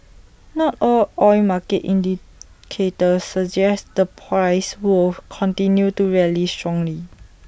not all oil market indicators suggest the price will continue to rally strongly